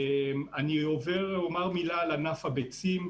אני אומר מילה על ענף הביצים.